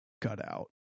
cutout